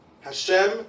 Hashem